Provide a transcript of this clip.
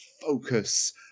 focus